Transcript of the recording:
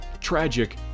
tragic